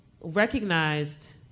recognized